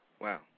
Wow